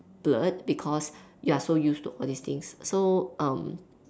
blurred because you are so used to all these things so um